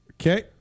Okay